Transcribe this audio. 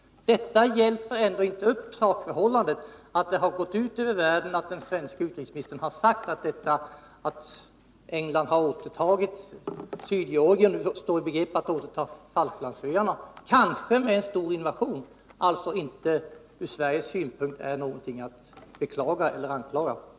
Detta förändrar emellertid inte sakförhållandet. Det har gått ut över världen att den svenske utrikesministern har sagt att den omständigheten att England har återtagit Sydgeorgien och står i begrepp att återta Falklandsöarna — kanske genom en stor invasion — ur Sveriges synpunkt inte är något att beklaga eller något att anklaga England för.